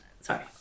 sorry